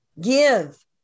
give